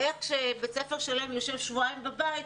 כשבית ספר שלם יושב שבועיים בבית,